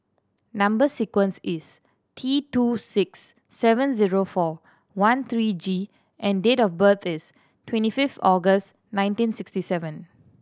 number sequence is T two six seven zero four one three G and date of birth is twenty fifth August nineteen sixty seven